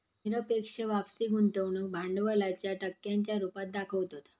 निरपेक्ष वापसी गुंतवणूक भांडवलाच्या टक्क्यांच्या रुपात दाखवतत